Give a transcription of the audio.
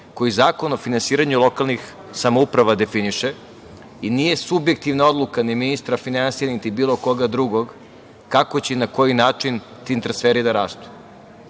koje Zakon o finansiranju lokalnih samouprava definiše i nije subjektivna odluka ni ministra finansija, niti bilo koga drugog kako će i na koji način ti transferi da rastu.S